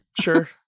Sure